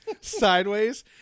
sideways